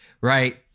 right